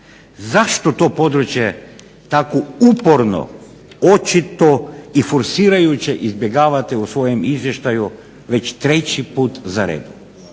Zašto to područje tako uporno očito i forsirajuće izbjegavate u svojem Izvještaju već treći put za redom?